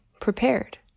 prepared